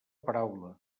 paraula